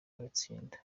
batsinda